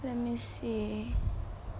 let me see